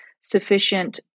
sufficient